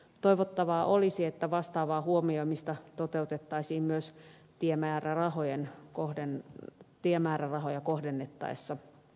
toivottavaa olisi että vastaavaa huomioimista toteutettaisiin myös tiemäärärahoja kohdennettaessa